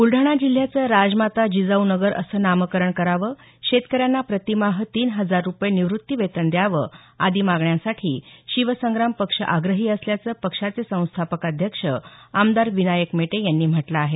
ब्लडाणा जिल्ह्याचं राजमाता जिजाऊनगर असं नामकरण करावं शेतकऱ्यांना प्रतिमाह तीन हजार रुपये निवृत्तीवेतन द्यावं आदी मागण्यांसाठी शिवसंग्राम पक्ष आग्रही असल्याचं पक्षाचे संस्थापक अध्यक्ष आमदार विनायक मेटे यांनी म्हटलं आहे